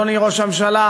אדוני ראש הממשלה,